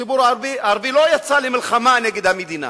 הציבור הערבי לא יצא למלחמה נגד המדינה,